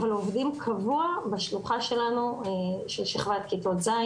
אבל עובדים קבוע בשלוחה שלנו בשכבת כיתות ז'